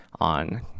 on